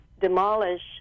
demolish